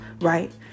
Right